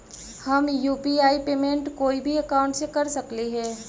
हम UPI payment कोई भी अकाउंट से कर सकली हे?